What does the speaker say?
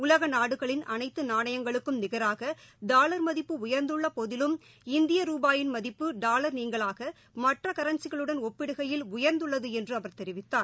உலக நாடுகளின் அனைத்து நாணயங்களுக்கும் நிகராக டாவர் மதிப்பு உயர்ந்துள்ள போதிலும் இந்திய ரூபாயின் மதிப்பு டாவர் நீங்கலாக மற்ற கரன்சிகளுடன் ஒப்பிடுகையில் உயர்ந்துள்ளது என்று அவர் தெரிவித்தார்